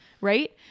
Right